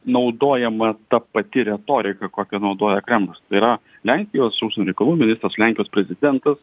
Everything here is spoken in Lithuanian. naudojama ta pati retorika kokią naudoja kremlius tai yra lenkijos užsienio reikalų ministras lenkijos prezidentas